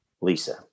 Lisa